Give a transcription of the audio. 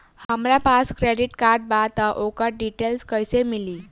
हमरा पास credit card बा त ओकर डिटेल्स कइसे मिली?